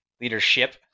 leadership